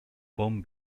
bon